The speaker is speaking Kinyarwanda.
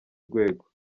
rwego